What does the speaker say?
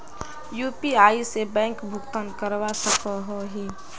UPI से bank भुगतान करवा सकोहो ही?